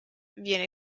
viene